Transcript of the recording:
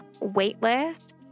waitlist